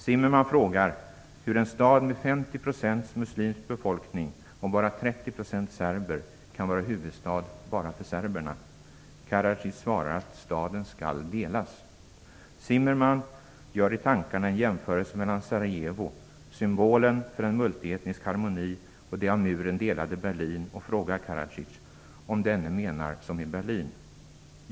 Zimmermann frågar hur en stad med 50 % muslimsk befolkning och bara 30 % serber kan vara huvudstad bara för serberna. Karadzic svarar att staden skall delas. Zimmermann gör i tankarna en jämförelse mellan Sarajevo, symbolen för en multietnisk harmoni, och det av muren delade Berlin och frågar Karadzic om denne menar som i Berlin.